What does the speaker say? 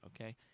okay